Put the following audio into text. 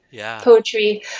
poetry